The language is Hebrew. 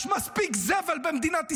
יש מספיק זבל במדינת ישראל.